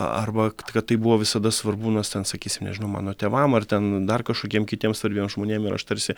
arba kad tai buvo visada svarbu nes ten sakysim nežinau mano tėvam ar ten dar kažkokiem kitiem svarbiem žmonėm ir aš tarsi